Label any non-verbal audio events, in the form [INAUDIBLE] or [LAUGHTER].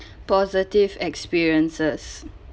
[BREATH] positive experiences